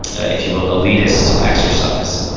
if you will, elitist exercise,